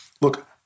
look